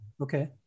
okay